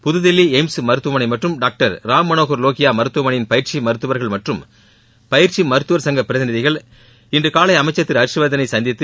புதுதில்லி AIIMS மருத்துவமனை மற்றும் மருத்துவமனையின் பயிற்சி மருத்துவர்கள் மற்றும் பயிற்சி மருத்துவர் சங்க பிரதிநிதிகள் இன்று காலை அமைச்சர் திரு ஹர்ஷ் வர்தனை சந்தித்து